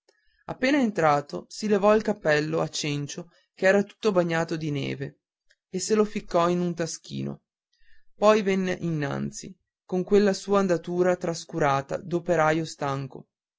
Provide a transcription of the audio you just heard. appena entrato si levò il cappello a cencio ch'era tutto bagnato di neve e se lo ficcò in un taschino poi venne innanzi con quella sua andatura trascurata d'operaio stanco